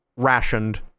rationed